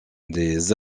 des